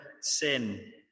sin